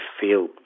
feel